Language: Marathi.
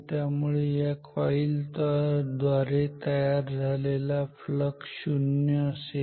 त्यामुळे या कॉईल द्वारे तयार झालेला फ्लक्स 0 असेल